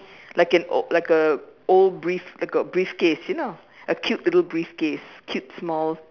like an o~ like a old brief~ like a briefcase you know a cute little briefcase cute small